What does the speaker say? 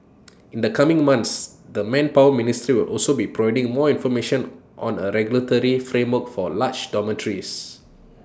in the coming months the manpower ministry also be providing more information on A regulatory framework for large dormitories